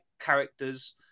characters